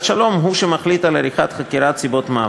שלום הוא שמחליט על עריכת חקירת סיבות מוות.